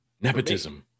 Nepotism